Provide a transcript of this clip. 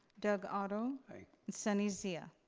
doug otto. i. and sunny zia.